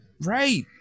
Right